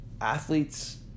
athletes